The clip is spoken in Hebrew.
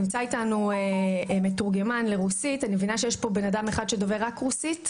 נמצא איתנו מתורגמן לרוסית - אני מבינה שיש פה אדם אחד שדובר רק רוסית?